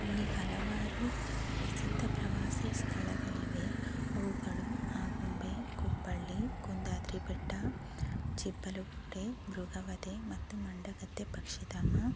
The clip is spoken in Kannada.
ಇಲ್ಲಿ ಹಲವಾರು ಪ್ರಸಿದ್ಧ ಪ್ರವಾಸಿ ಸ್ಥಳಗಳಿವೆ ಅವುಗಳು ಆಗುಂಬೆ ಕುಪ್ಪಳ್ಳಿ ಕುಂದಾದ್ರಿ ಬೆಟ್ಟ ಚಿಬ್ಬಲುಗುಡ್ಡೆ ಮೃಗವಧೆ ಮತ್ತು ಮಂಡಗದ್ದೆ ಪಕ್ಷಿಧಾಮ